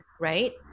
right